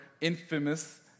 infamous